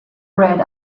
read